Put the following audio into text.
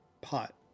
Pot